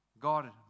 God